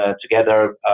together